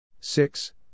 six